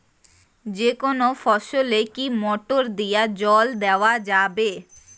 যেকোনো ফসলে কি মোটর দিয়া জল দেওয়া যাবে?